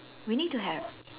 we need to have